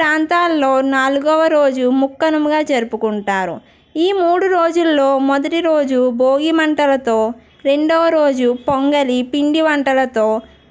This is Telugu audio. కొన్ని ప్రాంతాల్లో నాలుగవ రోజు ముక్కనుమగా జరుపుకుంటారు ఈ మూడు రోజుల్లో మొదటి రోజు భోగి మంటలతో రెండవ రోజు పొంగళి పిండి వంటలతో